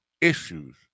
issues